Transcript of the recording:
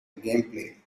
gameplay